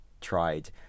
tried